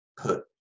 put